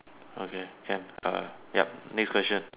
okay can err ya next question